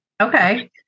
okay